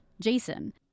Jason